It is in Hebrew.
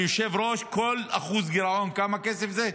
היושב-ראש, כל אחוז גירעון, כמה כסף זה?